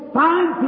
find